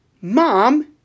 Mom